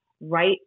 right